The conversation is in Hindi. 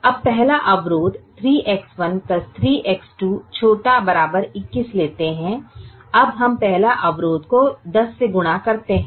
अब पहला अवरोध 3X1 3X2 ≤ 21 लेते हैं अब हम पहले अवरोध को 10 से गुणा करते हैं